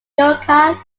eureka